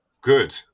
Good